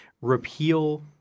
repeal